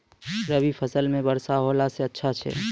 रवी फसल म वर्षा होला से अच्छा छै?